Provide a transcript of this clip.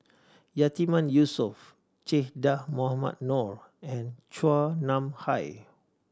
Yatiman Yusof Che Dah Mohamed Noor and Chua Nam Hai